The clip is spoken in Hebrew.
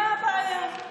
מה הבעיה?